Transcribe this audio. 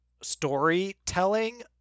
storytelling